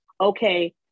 okay